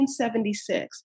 1976